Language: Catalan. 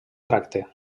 tracte